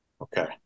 Okay